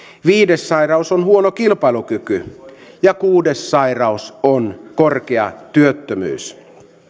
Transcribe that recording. viides sairaus on huono kilpailukyky ja kuudes sairaus on korkea työttömyys